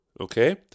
okay